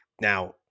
now –